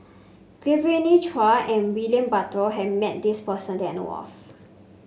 Genevieve Chua and William Butter has met this person that I know of